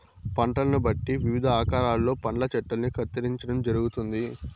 పంటలను బట్టి వివిధ ఆకారాలలో పండ్ల చెట్టల్ని కత్తిరించడం జరుగుతుంది